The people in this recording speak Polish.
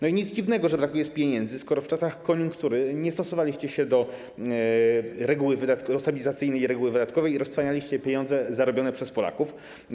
No i nic dziwnego, że brakuje pieniędzy, skoro w czasach koniunktury nie stosowaliście się do stabilizacyjnej reguły wydatkowej i roztrwanialiście pieniądze zarobione przez Polaków.